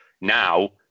Now